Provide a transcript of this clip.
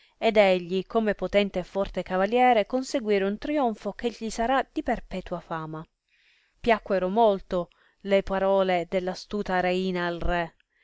ed egli come potente e forte cavaliere conseguire un trionfo che gli sarà di perpetua fama piacquero molto le parole dell'astuta reina al re